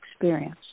experience